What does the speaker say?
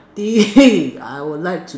did I would like to